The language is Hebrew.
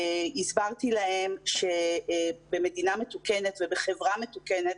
הסברתי להם שבמדינה מתוקנת ובחברה מתוקנת,